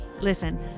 Listen